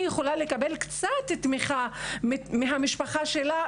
היא יכולה לקבל קצת תמיכה רגשית מהמשפחה שלה